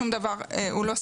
שום דבר הוא לא סודי.